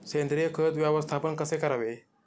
सेंद्रिय खत व्यवस्थापन कसे करावे?